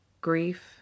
grief